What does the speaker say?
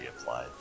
applied